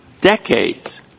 decades